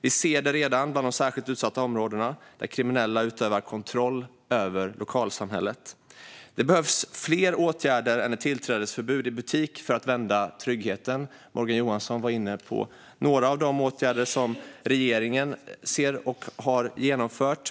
Vi ser redan detta i de särskilt utsatta områdena, där kriminella utövar kontroll över lokalsamhället. Det behövs fler åtgärder än ett tillträdesförbud i butik för att vända tryggheten. Morgan Johansson var inne på några av de åtgärder som regeringen ser och har genomfört.